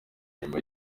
inyuma